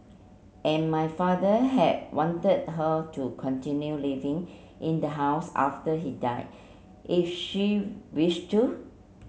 and my father had wanted her to continue living in the house after he died if she wished to